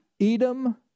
Edom